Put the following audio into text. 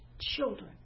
children